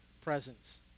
presence